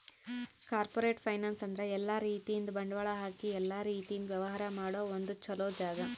corporate finance ಅಂದ್ರ ಎಲ್ಲಾ ರೀತಿಯಿಂದ್ ಬಂಡವಾಳ್ ಹಾಕಿ ಎಲ್ಲಾ ರೀತಿಯಿಂದ್ ವ್ಯವಹಾರ್ ಮಾಡ ಒಂದ್ ಚೊಲೋ ಜಾಗ